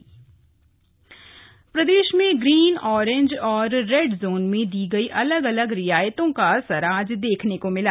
lockdown असर देहरादून प्रदेश में ग्रीन ऑरंज और रेड जोन में दी गई अलग अलग रियायतों का असर आज देखने को मिला